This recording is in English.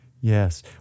Yes